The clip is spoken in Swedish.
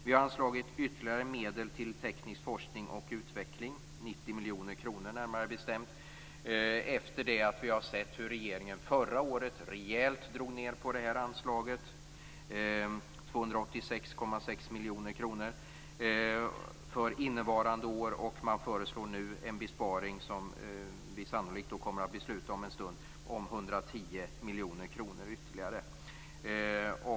Vi har föreslagit ytterligare medel till teknisk forskning och utveckling, närmare bestämt 90 miljoner kronor, efter det att vi sett att regeringen förra året drog ned rejält på det anslaget. Det var en neddragning med 286,6 miljoner kronor för innevarande år. Regeringen föreslår nu en besparing, som riksdagen om en stund sannolikt kommer att beslut om, med ytterligare 110 miljoner.